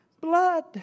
blood